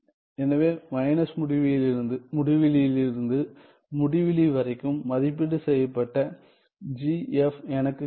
எனவே மைனஸ்முடிவிலியிலிருந்து முடிவிலி வரைக்கும் மதிப்பீடு செய்யப்பட்ட g f எனக்கு கிடைக்கும்